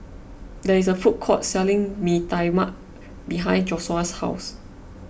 there is a food court selling Mee Tai Mak behind Joshua's house